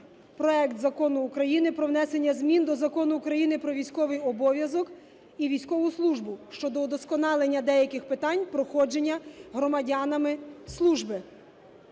проект Закону України про внесення змін до Закону України "Про військовий обов’язок і військову службу" щодо удосконалення деяких питань проходження громадянами служби.